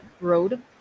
road